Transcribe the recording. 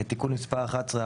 לתיקון מס' 11,